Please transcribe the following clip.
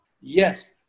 yes